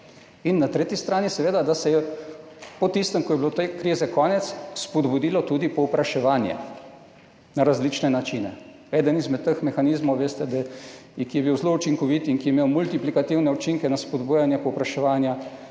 in na tretji strani, seveda, da se je po tistem, ko je bilo te krize konec, spodbudilo tudi povpraševanje na različne načine. Eden izmed teh mehanizmov, ki je bil zelo učinkovit in je imel multiplikativne učinke na spodbujanje povpraševanja,